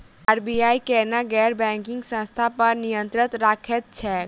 RBI केना गैर banking संस्था पर नियत्रंण राखैत छैक?